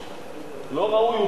לא ראוי הוא פולארד שמישהו